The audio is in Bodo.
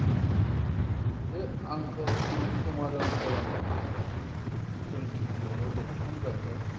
दा बे आंखालखौ जों सम'दान खालामनांगौब्ला जों गिबियावनो दंफां गायनाय